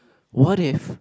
what if